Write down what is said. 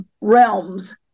realms